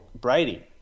Brady